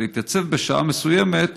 ולהתייצב בשעה מסוימת